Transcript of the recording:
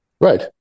Right